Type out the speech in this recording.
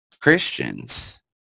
christians